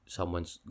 Someone's